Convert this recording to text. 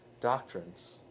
doctrines